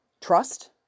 trust